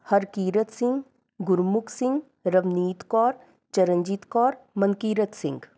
Harkirat Singh Gurmukh Singh Ravneet Kaur Charanjit Kaur Mankirat Singh